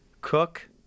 cook